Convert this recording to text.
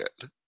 good